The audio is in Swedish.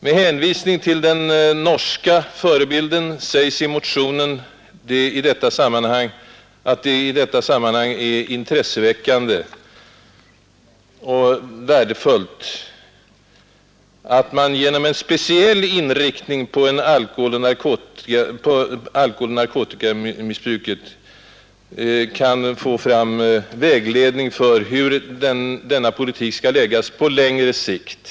Med hänvisning till den norska förebilden sägs i motionen att det är speciellt intresseväckande att man genom speciell inriktning av analysen på alkoholoch narkotikamissbruket sannolikt skulle kunna få vägledning för hur denna politik skall läggas på längre sikt.